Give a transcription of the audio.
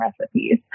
recipes